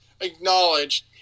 acknowledged